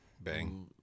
Bang